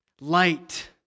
light